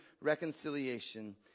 reconciliation